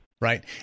right